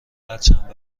هرچند